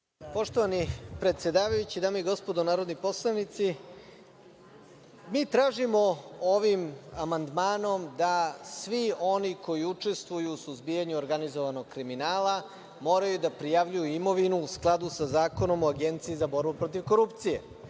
Poštovani predsedavajući, dame i gospodo narodni poslanici, mi tražimo ovim amandmanom da svi oni koji učestvuju u suzbijanju organizovanog kriminala moraju da prijavljuju imovinu u skladu sa Zakonom o Agenciji za borbu protiv korupcije.